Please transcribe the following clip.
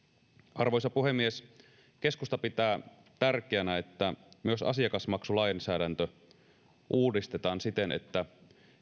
arvoisa puhemies keskusta pitää tärkeänä että myös asiakasmaksulainsäädäntöä uudistetaan siten että